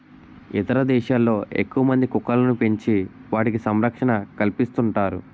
ఇతర దేశాల్లో ఎక్కువమంది కుక్కలను పెంచి వాటికి సంరక్షణ కల్పిస్తుంటారు